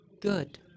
Good